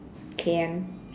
can